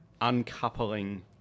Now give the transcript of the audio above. uncoupling